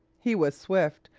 he was swift,